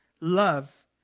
love